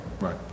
Right